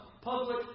public